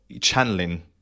channeling